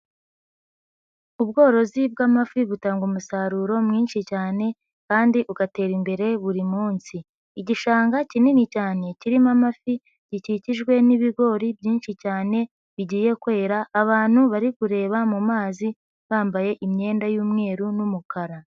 Ubworozi bwa'mafi butanga umusaruro mwinshi cyane kandi ugatera imbere buri munsi. Igishanga kinini cyane, kirimo amafi, gikikijwe n'ibigori byinshi cyane, bigiye kwera, abantu bari kureba mazi, bambaye imyenda y'umweru n'umukara.